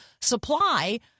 supply